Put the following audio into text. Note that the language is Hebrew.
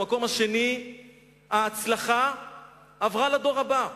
במקום האחר ההצלחה עברה לדור הבא.